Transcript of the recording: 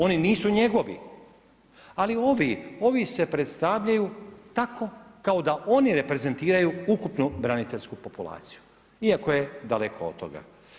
Oni nisu njegovi ali ovi, ovi se predstavljaju tako kao da oni reprezentiraju ukupnu braniteljsku populaciju iako je daleko od toga.